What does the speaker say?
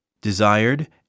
desired